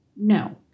No